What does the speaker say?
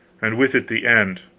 and with it the end.